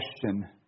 question